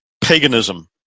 paganism